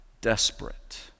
desperate